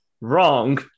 Wrong